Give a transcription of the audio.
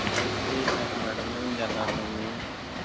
ठीक आहे न मॅडम येऊन जाणार न मी